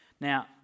Now